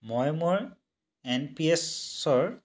মই মোৰ N P এছৰ